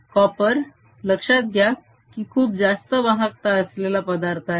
copper - लक्षात घ्या की खूप जास्त वाहकता असलेला पदार्थ आहे